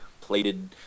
plated